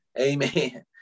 Amen